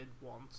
want